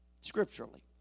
Scripturally